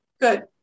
Good